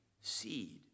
seed